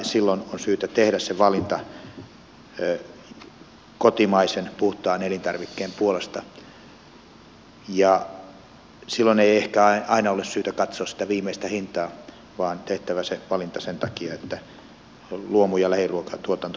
silloin on syytä tehdä se valinta kotimaisen puhtaan elintarvikkeen puolesta ja silloin ei ehkä aina ole syytä katsoa sitä viimeistä hintaa vaan on tehtävä se valinta sen takia että luomu ja lähiruokatuotanto suomessa jatkuu